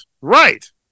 right